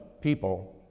people